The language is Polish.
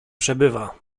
przebywa